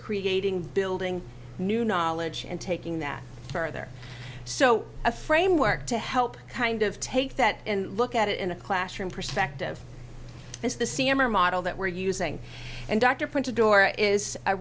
creating building new knowledge and taking that further so a framework to help kind of take that and look at it in a classroom perspective is the c m or model that we're using and dr point to door is a